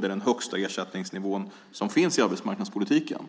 Det är den högsta ersättningsnivån som finns i arbetsmarknadspolitiken.